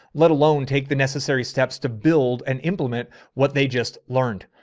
let alone take the necessary steps to build and implement what they just learned.